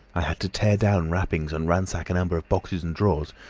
i had to tear down wrappings and ransack a number of boxes and drawers,